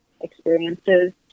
experiences